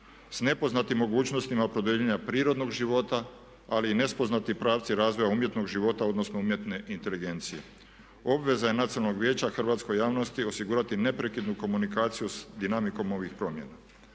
s nepoznatim mogućnostima po dijeljenja prirodnog života ali i nespoznati pravci razvoja umjetnog života odnosno umjetne inteligencije. Obveza je nacionalnog vijeća hrvatskoj javnosti osigurati neprekidnu komunikaciju s dinamikom ovih promjena.